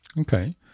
Okay